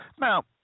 Now